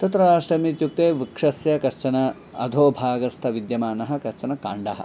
तत्राष्टमीत्युक्ते वृक्षस्य कश्चन अधोभागस्थविद्यमानः कश्चन काण्डः